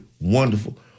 Wonderful